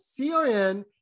CRN